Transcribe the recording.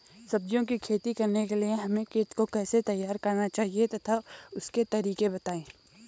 सब्जियों की खेती करने के लिए हमें खेत को कैसे तैयार करना चाहिए तथा उसके तरीके बताएं?